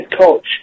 coach